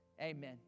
Amen